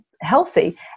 healthy